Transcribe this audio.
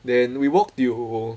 then we walked till